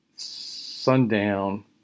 sundown